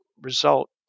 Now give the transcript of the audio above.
result